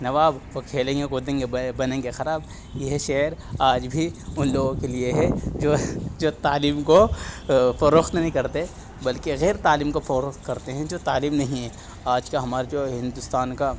نواب اور کھیلیں گے کودیں گے بنیں گے خراب یہ ہے شعر آج بھی ان لوگوں کے لیے ہے جو تعلیم کو فروخت نہیں کرتے بلکہ غیر تعلیم کو فروخت کرتے ہیں جو تعلیم نہیں ہے آج کا ہمارا جو ہندوستان کا